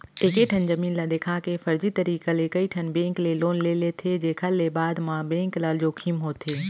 एकेठन जमीन ल देखा के फरजी तरीका ले कइठन बेंक ले लोन ले लेथे जेखर ले बाद म बेंक ल जोखिम होथे